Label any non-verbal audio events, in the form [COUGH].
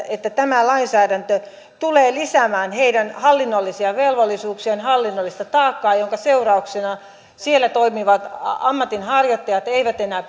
[UNINTELLIGIBLE] että tämä lainsäädäntö tulee lisäämään heidän hallinnollisia velvollisuuksiaan hallinnollista taakkaa sen seurauksena ammatinharjoittajat eivät enää [UNINTELLIGIBLE]